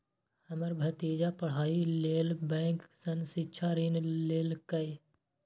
हमर भतीजा पढ़ाइ लेल बैंक सं शिक्षा ऋण लेलकैए